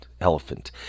elephant